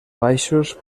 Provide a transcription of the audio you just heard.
baixos